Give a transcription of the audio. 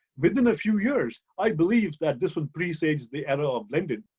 within a few years, i believe that this will pre-stage the era of blended.